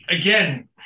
again